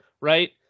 right